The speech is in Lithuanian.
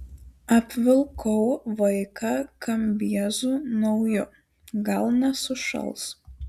apvilkau vaiką kambiezu nauju gal nesušals